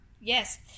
Yes